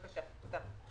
תודה.